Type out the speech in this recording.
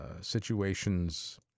situations